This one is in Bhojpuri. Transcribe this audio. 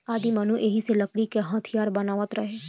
आदिमानव एही से लकड़ी क हथीयार बनावत रहे